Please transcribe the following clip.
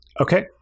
Okay